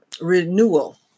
renewal